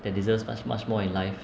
that deserves much much more in life